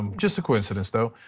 just a coincidence though.